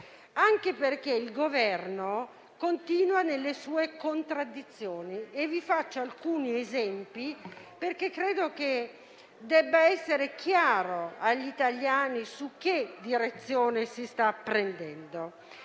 è diabolico. Il Governo continua nelle sue contraddizioni e vi faccio alcuni esempi, perché credo che debba essere chiara agli italiani la direzione che si sta prendendo.